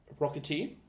Rocketeer